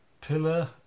pillar